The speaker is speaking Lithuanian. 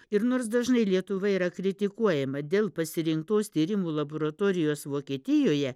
ir nors dažnai lietuva yra kritikuojama dėl pasirinktos tyrimų laboratorijos vokietijoje